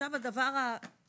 עכשיו הדבר השני.